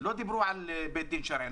לא דיברו על בית שרעי,